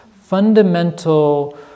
fundamental